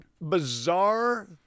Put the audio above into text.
bizarre